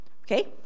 okay